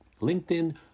LinkedIn